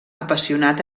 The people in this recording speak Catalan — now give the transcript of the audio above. apassionat